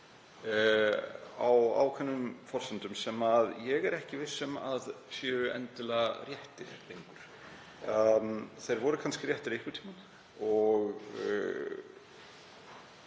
á ákveðnum forsendum sem ég er ekki viss um að séu endilega réttar lengur. Þær voru kannski réttar einhvern tímann.